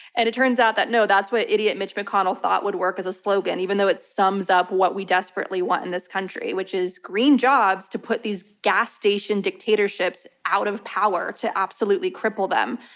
and it turns out that no, that's what idiot mitch mcconnell would work as a slogan, even though it sums up what we desperately want in this country, which is green jobs to put these gas station dictatorships out of power, to absolutely cripple them.